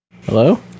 Hello